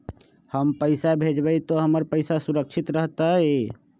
हम पैसा भेजबई तो हमर पैसा सुरक्षित रहतई?